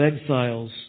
exiles